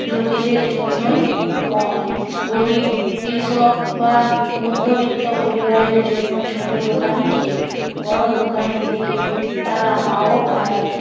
লোকেদের জন্যই মল গরিব কৃষক বা মধ্যবিত্ত পরিবারের জন্য ছোটো দোকানই ঠিক বড় দোকানের দিকে তারা পাও বাড়ায় না